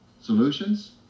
solutions